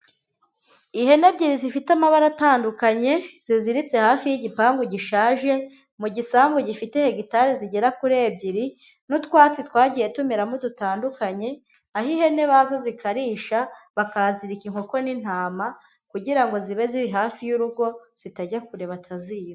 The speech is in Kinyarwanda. Ihene ebyiri zifite amabara atandukanye, ziziritse hafi y'igipangu gishaje, mu gisambu gifite hegitari zigera kuri ebyiri, n'utwatsi twagiye tumeramo dutandukanye, aho ihene baza zikarisha, bakahazirika inkoko n'intama, kugira ngo zibe ziri hafi y'urugo, zitajya kure bataziba.